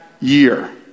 year